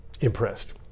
impressed